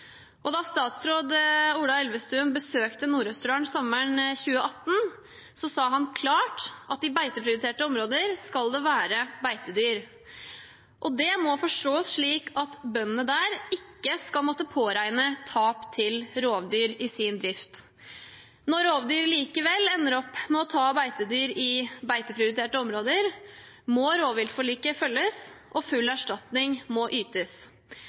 Da statsråd Ola Elvestuen besøkte Nord-Østerdal sommeren 2018, sa han klart at i beiteprioriterte områder skal det være beitedyr. Det må forstås slik at bøndene der ikke skal måtte påregne tap til rovdyr i sin drift. Når rovdyr likevel ender opp med å ta beitedyr i beiteprioriterte områder, må rovviltforliket følges, og full erstatning må ytes.